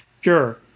sure